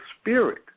spirit